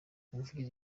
umuvugizi